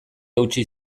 eutsi